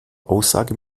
aussage